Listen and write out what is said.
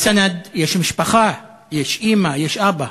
לסנד יש משפחה, יש אימא, יש אבא.